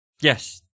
Yes